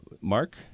Mark